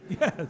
Yes